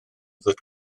ddod